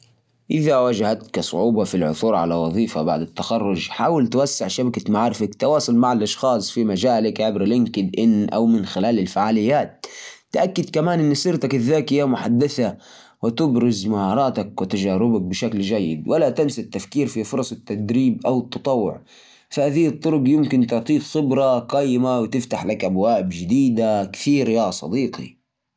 يا صديقي حاول توسع شبكة علاقاتك تواصل مع زملاء الجامعة والأساتذة وشارك فيه ورش عمل أو فعاليات نمهنيه كمان تأكد إن سيرتك الذاتية مميزة وقدم على وظائف مختلفة حتى لو كانت خارج مجالك كل تجربة بتساعدك تتعلم أكثر